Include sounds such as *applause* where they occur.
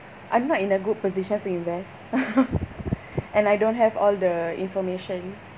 I'm not in a good position to invest *laughs* and I don't have all the information